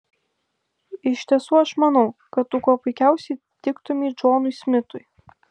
iš tiesų aš manau kad tu kuo puikiausiai tiktumei džonui smitui